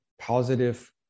positive